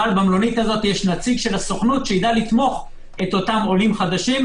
אבל במלונית הזו יש נציג הסוכנות שיידע לתמוך את אותם עולים חדשים.